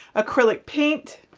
acrylic paint,